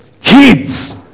kids